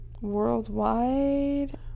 Worldwide